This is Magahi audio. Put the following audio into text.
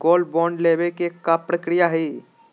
गोल्ड बॉन्ड लेवे के का प्रक्रिया हई?